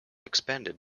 expanded